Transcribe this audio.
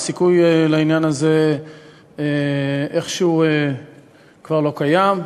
הסיכוי לעניין הזה איכשהו כבר לא קיים,